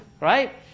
right